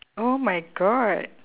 oh my god